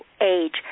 age